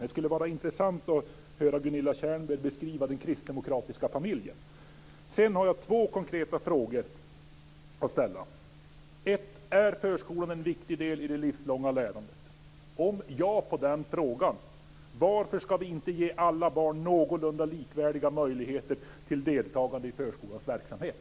Det skulle vara intressant att höra Gunilla Tjernberg beskriva den kristdemokratiska familjen. Jag har två konkreta frågor att ställa: Är förskolan en viktig del i det livslånga lärandet? Om svaret är ja på den frågan: Varför ska vi inte ge alla barn någorlunda likvärdiga möjligheter till deltagande i förskolans verksamhet?